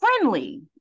friendly